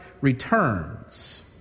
returns